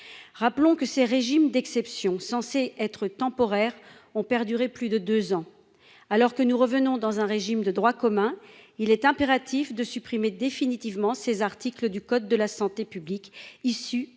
Gosselin. Les régimes d'exception, censés être temporaires, ont perduré plus de deux ans ! Alors que nous revenons dans un régime de droit commun, il est impératif de supprimer définitivement du code de la santé publique ces